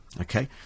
Okay